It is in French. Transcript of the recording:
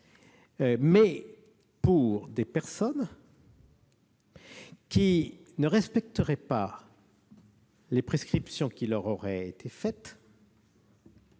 mais pour des personnes qui ne respecteraient pas les prescriptions qui leur auraient été faites